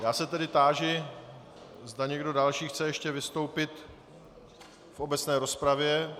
Já se tedy táži, zda někdo další chce ještě vystoupit v obecné rozpravě.